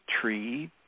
tree